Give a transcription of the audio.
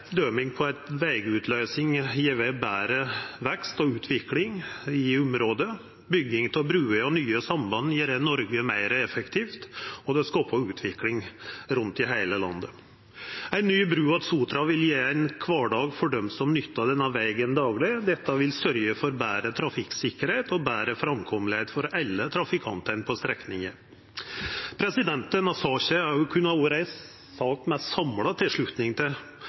Dette er eit døme på at vegutbygging har gjeve betre vekst og utvikling i området. Bygging av bruer og nye samband gjer Noreg meir effektivt, og det skapar utvikling rundt om i heile landet. Ei ny bru til Sotra vil betra kvardagen for dei som nyttar denne vegen dagleg. Ho vil sørgja for betre trafikksikkerheit og betre framkomst for alle trafikantane på strekninga. Denne saka kunne det ha vore ei samla tilslutning til,